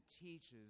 teaches